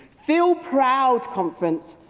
feel proud, conference,